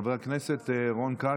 חבר הכנסת רון כץ.